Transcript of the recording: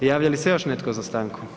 Javlja li se još netko za stanku?